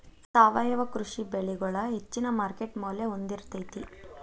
ಸಾವಯವ ಕೃಷಿ ಬೆಳಿಗೊಳ ಹೆಚ್ಚಿನ ಮಾರ್ಕೇಟ್ ಮೌಲ್ಯ ಹೊಂದಿರತೈತಿ